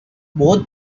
both